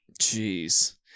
Jeez